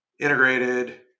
integrated